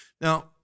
now